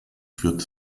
führt